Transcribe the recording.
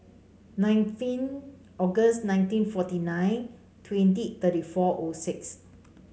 nineteen August nineteen forty nine twenty thirty four O six